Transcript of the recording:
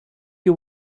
you